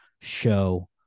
show